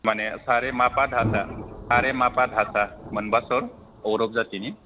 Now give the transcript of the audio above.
माने सा रे मा फा दा सा सा रे मा फा दा सा मोनबा सुर औरब जाथिनि